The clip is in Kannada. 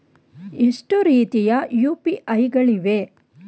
ಎಷ್ಟು ರೀತಿಯ ಯು.ಪಿ.ಐ ಗಳಿವೆ?